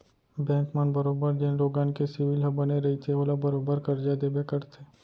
bank मन बरोबर जेन लोगन के सिविल ह बने रइथे ओला बरोबर करजा देबे करथे